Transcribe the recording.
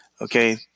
okay